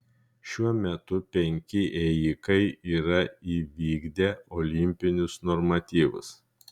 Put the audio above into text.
šiuo metu penki ėjikai yra įvykdę olimpinius normatyvus